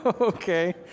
Okay